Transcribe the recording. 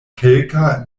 kelka